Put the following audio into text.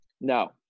No